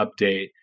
update